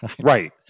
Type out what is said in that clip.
right